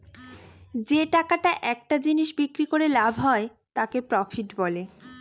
যে টাকাটা একটা জিনিস বিক্রি করে লাভ হয় তাকে প্রফিট বলে